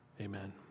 Amen